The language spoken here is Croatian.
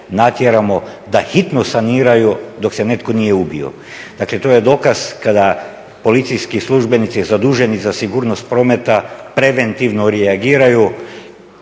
natjeramo da hitno saniraju dok se netko nije ubio. Dakle, to je dokaz kada policijski službenici zaduženi za sigurnost prometa preventivno reagiraju